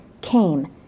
came